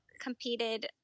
competed